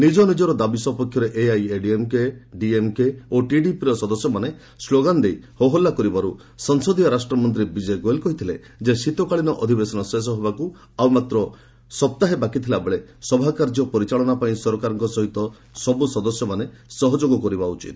ନିଜନିଜର ଦାବି ସପକ୍ଷରେ ଏଆଇଏଡ଼ିଏମ୍କେ ଡିଏମ୍କେ ଓ ଟିଡିପିର ସଦସ୍ୟମାନେ ସ୍କୋଗାନ୍ ଦେଇ ହୋହଲ୍ଲା କରିବାରୁ ସଂସଦୀୟ ରାଷ୍ଟ୍ରମନ୍ତ୍ରୀ ବିଜୟ ଗୋଏଲ୍ କହିଥିଲେ ଯେ ଶୀତକାଳୀନ ଅଧିବେଶନ ଶେଷ ହେବାକୁ ଆଉ ମାତ୍ର ସପ୍ତାହେ ବାକିଥିଲାବେଳେ ସଭାକାର୍ଯ୍ୟ ପରିଚାଳନା ପାଇଁ ସରକାରଙ୍କ ସହ ସବୁ ସଦସ୍ୟମାନେ ସହଯୋଗ କରିବା ଉଚିତ